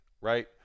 right